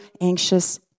anxious